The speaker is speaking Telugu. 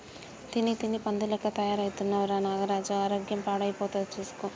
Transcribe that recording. తిని తిని పంది లెక్క తయారైతున్నవ్ రా నాగరాజు ఆరోగ్యం పాడైతది చూస్కో